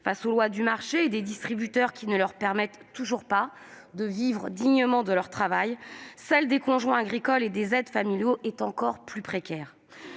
face aux lois du marché et à des distributeurs qui ne leur permettent toujours pas de vivre dignement de leur travail, celle des conjoints agricoles et des aides familiaux est encore plus précaire.